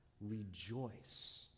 rejoice